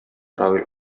равил